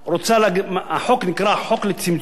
החוק נקרא: חוק לצמצום הגירעון.